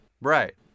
Right